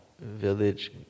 village